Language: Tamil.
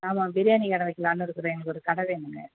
ஆமாம் பிரியாணி கடை வைக்கலானு இருக்குகிறேன் எனக்கு ஒரு கடை வேணுங்க